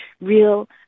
real